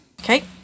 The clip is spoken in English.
Okay